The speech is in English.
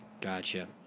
Gotcha